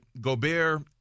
Gobert